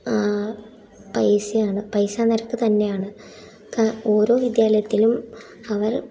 പൈസയാണ് പൈസാ നിരക്ക് തന്നെയാണ് ക്ക് ഓരോ വിദ്യാലയത്തിലും അവർ